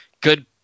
Good